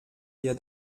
ihr